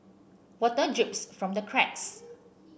water drips from the cracks